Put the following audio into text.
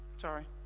sorry